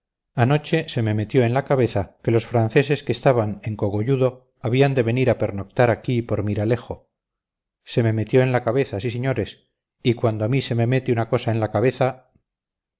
anoche se me metió en la cabeza que los franceses que estaban en cogolludo habían de venir a pernoctar aquí por miralejo se me metió en la cabeza sí señores y cuando a mí se me mete una cosa en la cabeza